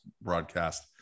broadcast